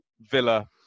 Villa